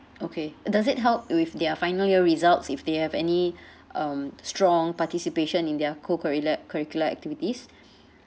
okay does it help with their final year results if they have any um strong participation in their co currila~ curricular activities